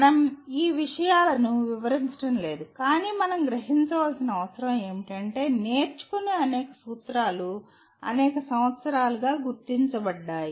మనం ఈ విషయాలను వివరించడం లేదు కానీ మనం గ్రహించాల్సిన అవసరం ఏమిటంటే నేర్చుకునే అనేక సూత్రాలు అనేక సంవత్సరాలుగా గుర్తించబడ్డాయి